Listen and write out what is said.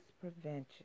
prevention